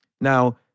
Now